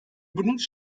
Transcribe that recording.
benutzt